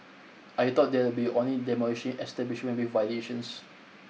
I thought they'll be only demolishing establishments with violations